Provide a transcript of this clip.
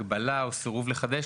הגבלה או סירוב לחדש.